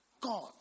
God